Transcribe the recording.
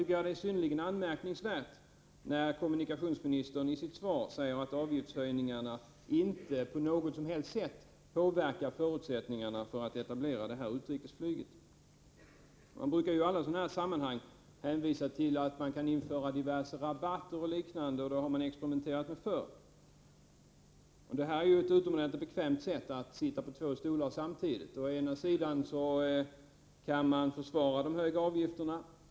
Därför är det synnerligen anmärkningsvärt att kommunikationsministern i sitt svar säger att avgiftshöjningarna inte på något som helst sätt påverkar möjligheterna att etablera utrikesflyg på Sturup. Det brukar i alla sådana här sammanhang hänvisas till att man kan införa diverse rabatter och liknande. Det har man experimenterat med förr. Det är ett utomordentligt bekvämt sätt att sitta på två stolar samtidigt. Å ena sidan kan man försvara de höga avgifterna.